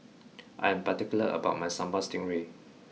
I am particular about my sambal stingray